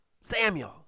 Samuel